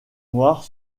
noires